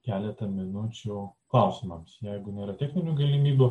keletą minučių klausimams jeigu nėra techninių galimybių